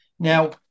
Now